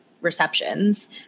receptions